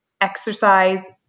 exercise